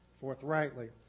forthrightly